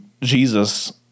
Jesus